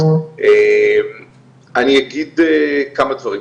אני אגיד כמה דברים.